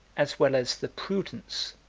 as well as the prudence,